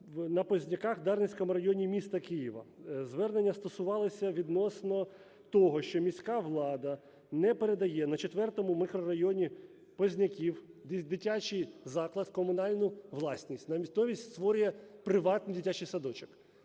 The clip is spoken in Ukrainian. на Позняках в Дарницькому району міста Києва. Звернення стосувалося відносно того, що міська влада не передає на четвертому мікрорайоні Позняків дитячий заклад в комунальну власність, натомість створює приватний дитячий садочок.